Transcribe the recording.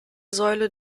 säule